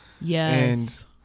Yes